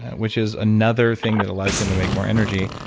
which is another thing that allows you to make more energy.